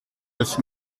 neuf